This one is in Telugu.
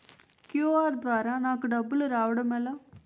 క్యు.ఆర్ ద్వారా నాకు డబ్బులు రావడం ఎలా?